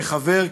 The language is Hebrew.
כחבר,